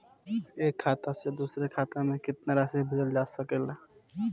एक खाता से दूसर खाता में केतना राशि भेजल जा सके ला?